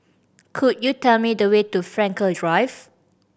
could you tell me the way to Frankel Drive